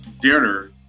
dinner